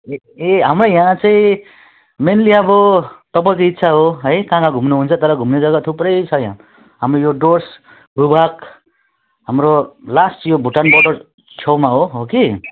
ए ए हाम्रो यहाँ चाहिँ मेनली अब तपाईँको इच्छा हो है कहाँ कहाँ घुम्नुहुन्छ तर घुम्ने जग्गा थुप्रै छ यहाँ हाम्रो यो डुवर्स भूभाग हाम्रो लास्ट यो भुटान बोर्डर छेउमा हो हो कि